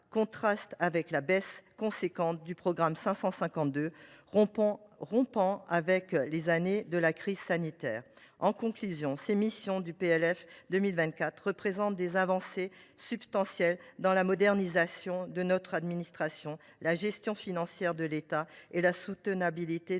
contraste avec la baisse conséquente du programme 552, rompant avec les années de crise sanitaire. En conclusion, ces missions du PLF 2024 représentent des avancées substantielles dans la modernisation de notre administration, la gestion financière de l’État et la soutenabilité de nos